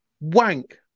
wank